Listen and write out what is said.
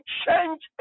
change